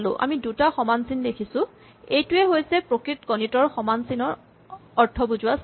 আমি দুটা সমান চিন দেখিছো এইটোৱেই হৈছে প্ৰকৃত গণিতৰ সমান চিনৰ অৰ্থ বুজোৱা চিন